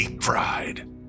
Pride